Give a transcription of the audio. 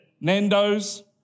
Nando's